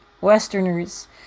Westerners